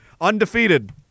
Undefeated